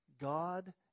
God